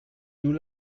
nous